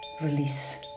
release